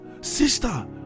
sister